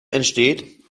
entsteht